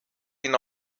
ihn